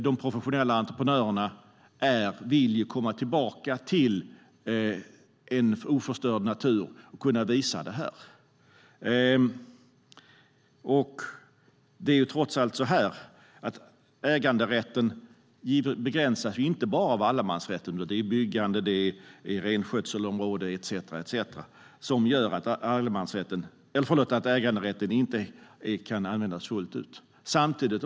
De professionella entreprenörerna vill komma tillbaka till en oförstörd natur och kunna visa den. Äganderätten begränsas inte bara av allemansrätten, utan även av byggande, renskötselområden etcetera, som gör att äganderätten inte kan användas fullt ut.